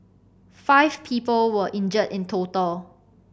five people were injured in total